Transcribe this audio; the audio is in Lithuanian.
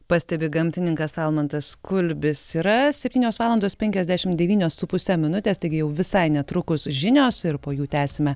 pastebi gamtininkas almantas kulbis yra septynios valandos penkiasdešimt devynios su puse minutės taigi jau visai netrukus žinios ir po jų tęsime